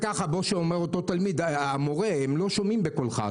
כמו שאומר אותו תלמיד: המורה, הם לא שומעים בקולך.